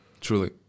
truly